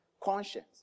conscience